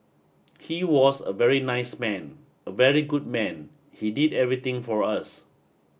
he was a very nice man a very good man he did everything for us